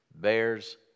bears